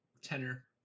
tenor